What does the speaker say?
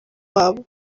wabo